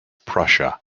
prussia